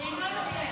אינו נוכח.